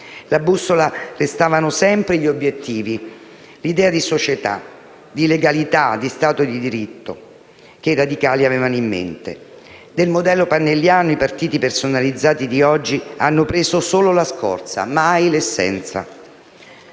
La bussola resta sempre quella degli obiettivi, l'idea di società, di legalità, di Stato di diritto che i radicali avevano in mente. Del modello pannelliano, i partiti personalizzati di oggi hanno preso solo la scorza, mai l'essenza.